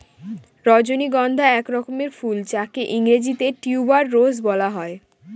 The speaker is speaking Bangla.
রজনীগন্ধা এক রকমের ফুল যাকে ইংরেজিতে টিউবার রোজ বলা হয়